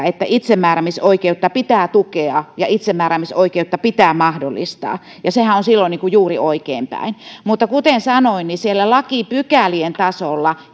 että itsemääräämisoikeutta pitää tukea ja itsemääräämisoikeutta pitää mahdollistaa ja sehän on silloin juuri oikeinpäin mutta kuten sanoin lakipykälien tasolla